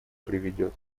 приведет